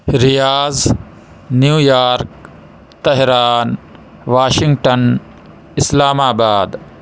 ریاض New York Tehran Washington اِسلام آباد